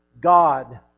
God